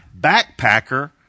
backpacker